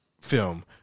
film